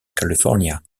california